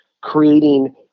creating